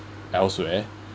else where